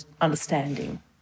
understanding